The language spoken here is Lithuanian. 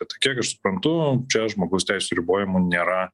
tai kiek aš suprantu čia žmogaus teisių ribojimų nėra